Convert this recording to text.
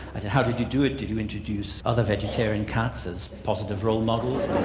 i said how did you do it? did you introduce other vegetarian cats as positive role models? and